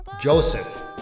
Joseph